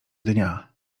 dnia